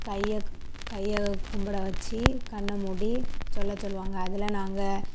கையை கையை கும்பிட வச்சி கண்ணை மூடி சொல்ல சொல்லுவாங்க அதில் நாங்க